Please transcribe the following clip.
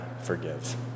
forgive